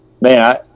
Man